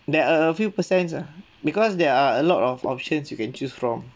there are a few percents ah because there are a lot of options you can choose from